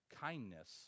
kindness